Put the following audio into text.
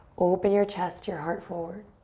open your chest, your heart forward.